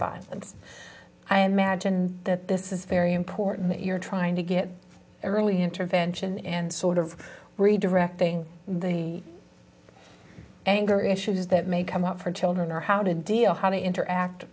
violence i imagine that this is very important you're trying to get early intervention and sort of redirecting the anger issues that may come up for children or how to deal how to interact